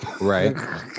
Right